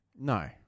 No